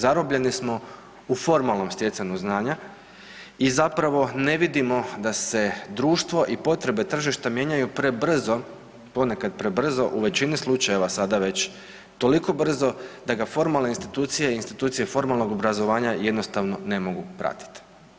Zarobljeni smo u formalnom stjecanju znanja i zapravo ne vidimo da se društvo i potrebe tržišta mijenjaju prebrzo, ponekad prebrzo u većini slučajeva, sada već toliko brzo da ga formalne institucije i institucije formalnog obrazovanja jednostavno ne mogu pratiti.